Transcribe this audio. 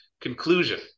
conclusion